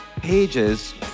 Pages